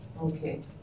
Okay